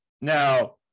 Now